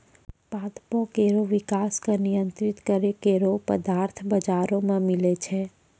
पादपों केरो विकास क नियंत्रित करै केरो पदार्थ बाजारो म मिलै छै